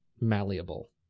malleable